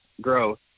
growth